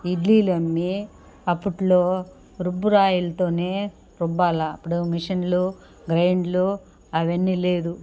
ఇడ్లీలు అమ్మి అప్పట్లో రుబ్బురాయిలుతోనే రుబ్బాల అప్పుడు మిషన్లు గ్రయిండ్లు అవన్నీ లేదు